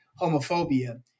homophobia